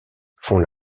font